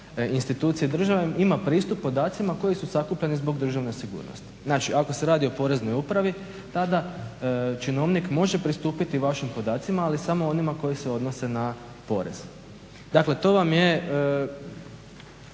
institucije države ima pristup podacima koji su sakupljani zbog državne sigurnosti. Znači ako se radi o poreznoj upravi tada činovnik može pristupiti vašim podacima, ali samo onima koji se odnose na porez. Dakle, rasprava